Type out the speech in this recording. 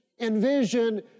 Envision